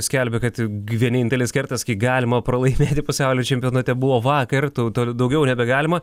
skelbia kad vienintelis kartas kai galima pralaimėti pasaulio čempionate buvo vakar tau tol daugiau nebegalima